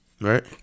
Right